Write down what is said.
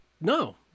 No